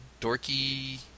dorky